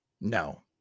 No